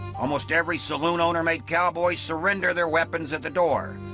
almost every saloon owner made cowboys surrender their weapons at the door.